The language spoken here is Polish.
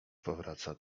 powraca